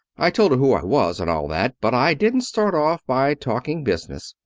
i told her who i was, and all that. but i didn't start off by talking business.